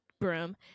broom